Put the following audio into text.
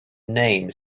name